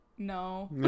no